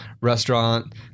restaurant